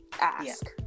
ask